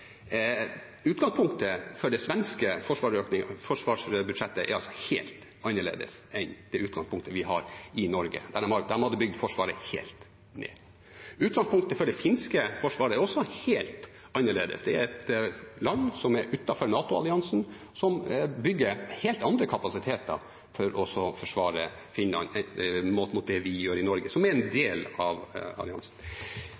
Utgangspunktet for det svenske forsvarsbudsjettet er altså helt annerledes enn det utgangspunktet vi har i Norge. De hadde bygd forsvaret helt ned. Utgangspunktet for det finske forsvaret er også helt annerledes. Det er et land som er utenfor NATO-alliansen, og bygger helt andre kapasiteter for å forsvare Finland målt mot det vi gjør i Norge, som er en